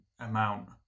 amount